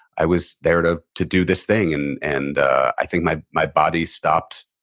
i was there to to do this thing, and and i think my my body stopped